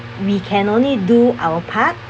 we can only do our part